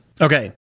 Okay